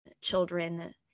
children